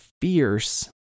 fierce